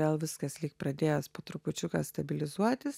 vėl viskas lyg pradėjęs po trupučiuką stabilizuotis